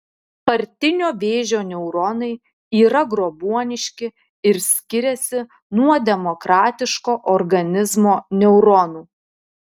partinio vėžio neuronai yra grobuoniški ir skiriasi nuo demokratiško organizmo neuronų